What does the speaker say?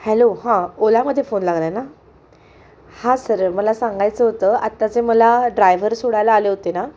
hello हां ओलामध्ये phone लागला आहे ना हां सर मला सांगायचं होतं आत्ताचे मला ड्रायव्हर सोडायला आले होते ना